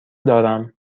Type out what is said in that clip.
دارم